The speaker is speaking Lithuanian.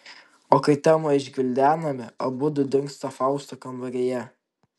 o kai temą išgvildename abudu dingsta fausto kambaryje